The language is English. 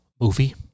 Movie